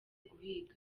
guhiga